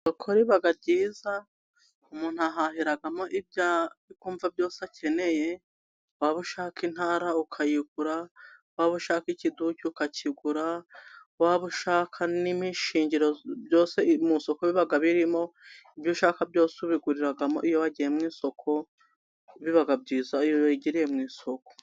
Isoko riba ryiza, umuntu ahahiramo ibyo ari kumva byose akeneye, waba ushaka intara ukayigura, waba ushaka ikiduki ukakigura, waba ushaka n'imishingizo byose mu isoko biba birimo, ibyo ushaka byose ubiguriramo, iyo wagiye mu isoko biba byiza iyo wigiriye mu isoko.